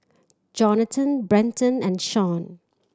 Johnathan Brenton and Shaun